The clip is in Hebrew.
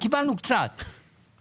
קיבלתם יותר.